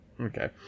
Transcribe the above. Okay